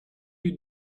you